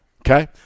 okay